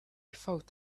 thought